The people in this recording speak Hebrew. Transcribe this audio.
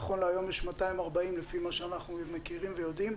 נכון להיום, יש 240 לפי מה שאנחנו מכירים ויודעים.